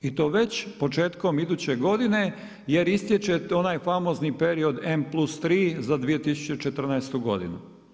I to već početkom iduće godine, jer istječe onaj famozni period M+3 za 2014. godinu.